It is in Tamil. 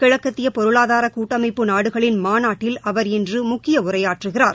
கிழக்கத்திய பொருளாதார கூட்டமைப்பு நாடுகளின் மாநாட்டில் அவர் இன்று முக்கிய உரையாற்றுகிறார்